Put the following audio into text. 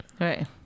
Right